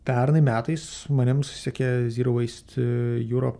pernai metais su manim susisiekė zero waste europe